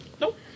Nope